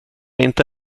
inte